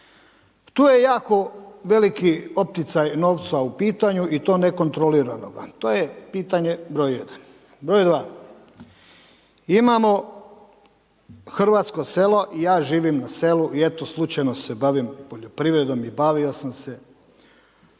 Tu je jako veliki opticaj novca u pitanju i to ne kontroliranoga, to je pitanje broj 1. Broj 2. imamo hrvatsko selo i ja živim na selu i eto slučajno se bavim poljoprivredom i bavio sam se, trenutno